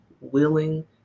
willing